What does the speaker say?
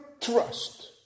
trust